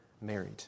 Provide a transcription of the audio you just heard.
married